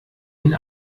den